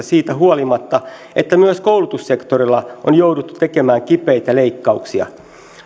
siitä huolimatta että myös koulutussektorilla on jouduttu tekemään kipeitä leikkauksia